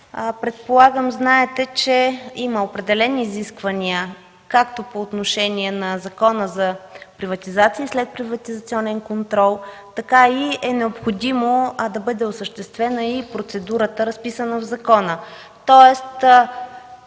Предполагам знаете, че има определени изисквания както по отношение на Закона за приватизация и следприватизационен контрол, така е и необходимо да бъде осъществена и процедурата, разписана в закона.